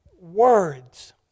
words